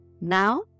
now